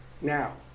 now